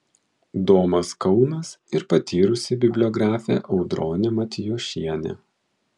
domas kaunas ir patyrusi bibliografė audronė matijošienė